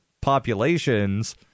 populations